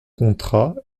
contrat